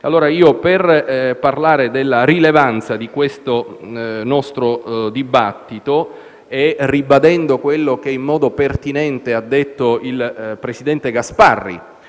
per parlare della rilevanza di questo nostro dibattito e ribadendo quello che in modo pertinente ha detto il presidente Gasparri